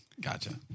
Gotcha